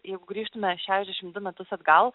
jeigu grįžtume šešiasdešim du metus atgal